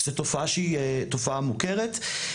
זאת תופעה שהיא תופעה מוכרת.